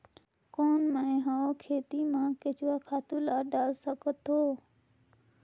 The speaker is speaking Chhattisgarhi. कौन मैं हवे खेती मा केचुआ खातु ला डाल सकत हवो?